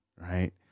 right